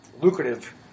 lucrative